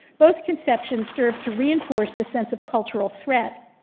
both conception served to reinforce the sense of cultural threat